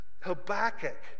Habakkuk